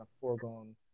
foregone